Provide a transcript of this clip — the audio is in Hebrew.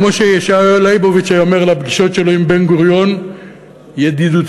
כמו שישעיהו ליבוביץ היה אומר על הפגישות שלו עם בן-גוריון: ידידותיות,